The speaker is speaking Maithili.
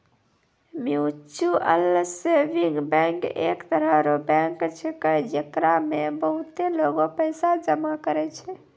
म्यूचुअल सेविंग बैंक एक तरह रो बैंक छैकै, जेकरा मे बहुते लोगें पैसा जमा करै छै